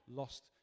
lost